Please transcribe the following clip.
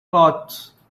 cloths